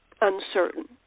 uncertain